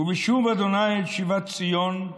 // ובשוב ה' את שיבת ציון /